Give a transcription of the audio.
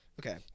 okay